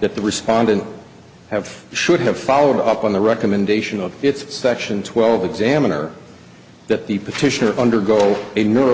that the respondent have should have followed up on the recommendation of its section twelve examiner that the petitioner undergo a neuro